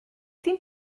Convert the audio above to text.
dim